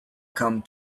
come